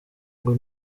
ngo